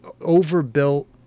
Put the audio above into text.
overbuilt